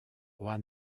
juan